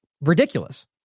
ridiculous